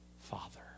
Father